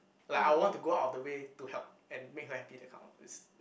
like I would want to go out of the way to help and make her happy that kind of please